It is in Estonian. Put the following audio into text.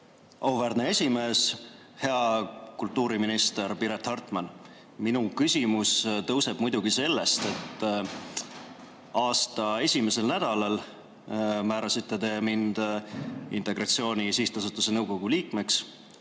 Auväärne esimees! Hea kultuuriminister Piret Hartman! Minu küsimus tõuseb muidugi sellest, et aasta esimesel nädalal määrasite te mind Integratsiooni Sihtasutuse nõukogu liikmeks,